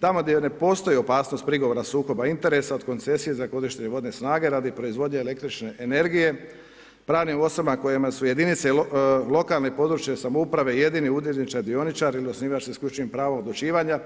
Tamo gdje ne postoji opasnost prigovora sukoba interesa od koncesije za korištenje vodne snage radi proizvodnje električne energije pravnim osobama kojima su jedinice lokalne i područne samouprave jedini udjelničar, dioničar ili osnivač s isključivim pravom odlučivanja